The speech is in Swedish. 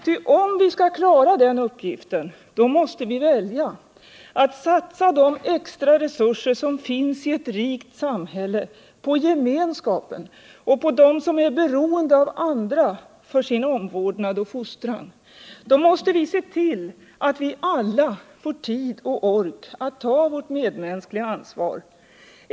Ty om vi skall klara den uppgiften måste vi välja att satsa de extra resurser som finns i ett rikt samhälle på gemenskapen och på dem som är beroende av andra för sin omvårdnad och fostran. Då måste vi se till att vi alla får tid och ork att ta vårt medmänskliga ansvar.